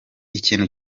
ikintu